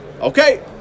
Okay